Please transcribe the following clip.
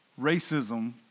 Racism